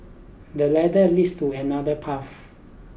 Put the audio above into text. the ladder leads to another path